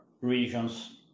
regions